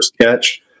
catch